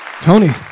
Tony